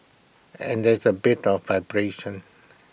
and there's A bit of vibration